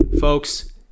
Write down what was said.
Folks